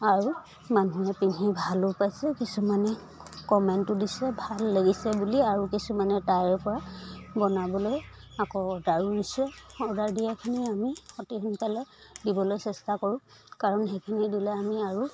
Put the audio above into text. আৰু মানুহে পিন্ধি ভালো পাইছে কিছুমানে কমেণ্টো দিছে ভাল লাগিছে বুলি আৰু কিছুমানে তাইৰ পৰা বনাবলৈ আকৌ অৰ্ডাৰো দিছে অৰ্ডাৰ দিয়াখিনি আমি অতি সোনকালে দিবলৈ চেষ্টা কৰোঁ কাৰণ সেইখিনি দিলে আমি আৰু